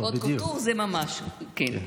הוט קוטור זה ממש, כן.